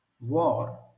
war